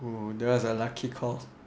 oh that was a lucky call